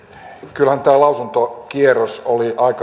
kyllähän tämä lausuntokierros oli